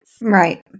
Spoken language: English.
Right